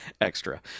Extra